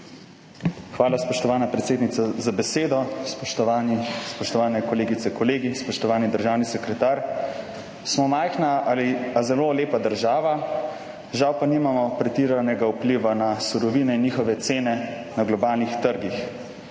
Hvala, spoštovana predsednica, za besedo. Spoštovane kolegice, kolegi! Spoštovani državni sekretar! Smo majhna, a zelo lepa država. Žal pa nimamo pretiranega vpliva na surovine in njihove cene na globalnih trgih.